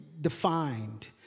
defined